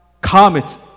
comets